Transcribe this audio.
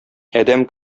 адәм